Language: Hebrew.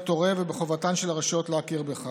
הורה ובחובתן של הרשויות להכיר בכך.